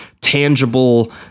tangible